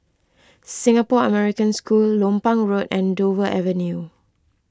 Singapore American School Lompang Road and Dover Avenue